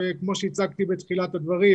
וכמו שהצגתי בתחילת הדברים,